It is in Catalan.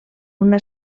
una